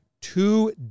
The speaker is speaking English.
two